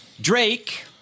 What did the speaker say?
Drake